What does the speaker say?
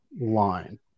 line